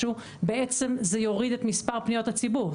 בעצם זה יוריד את מספר פניות הציבור.